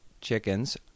chickens